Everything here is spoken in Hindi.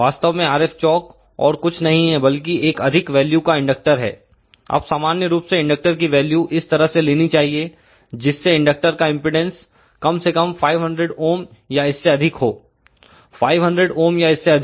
वास्तव में RF चौक और कुछ नहीं है बल्कि एक अधिक वैल्यू का इंडक्टर है अब सामान्य रूप से इंडक्टर की वैल्यू इस तरह से लेनी चाहिए जिससे इंडक्टर का एमपीडांस कम से कम 500 ओम या इससे अधिक हो 500 ओम या इससे अधिक क्यों